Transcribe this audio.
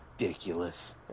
Ridiculous